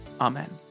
amen